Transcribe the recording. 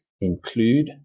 include